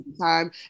time